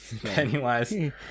Pennywise